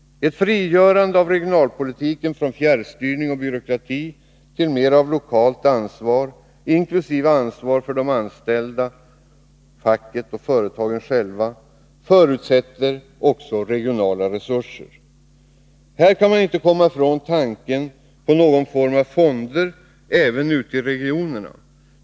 Ett frigörande av regionalpolitiken från fjärrstyrning och byråkrati, till mera av lokalt ansvar inkl. ansvar för de anställda, facket och företagen själva förutsätter också regionala resurser. Här kan man inte komma ifrån tanken på någon form av fonder även ute i regionerna.